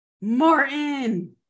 Martin